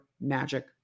Magic